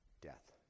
Death